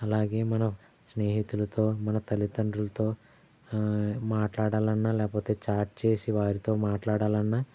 ఆలాగే మన స్నేహితులతో మన తల్లితండ్రులతో ఆ మాట్లాడాలన్నా లేకపోతే చాట్ చేసి వారితో మాట్లాడాలన్నా